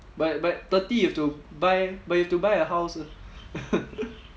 but but thirty you have to buy but you have to buy a house ah